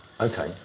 okay